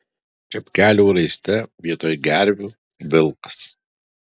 čepkelių raiste vietoj gervių vilkas